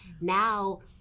now